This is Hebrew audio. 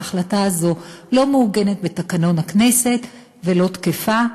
ההחלטה הזאת לא מעוגנת בתקנון הכנסת ולא תקפה,